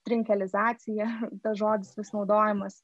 trinkelizacija tas žodis vis naudojimas